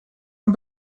non